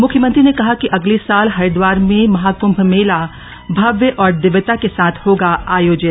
मुख्यमंत्री ने कहा कि अगले साल हरिद्वार में महाकुंम मेला भव्य और दिव्यता के साथ होगा आयोजित